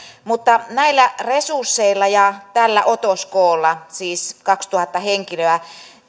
mutta näillä resursseilla ja tällä otoskoolla siis kaksituhatta henkilöä